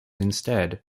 instead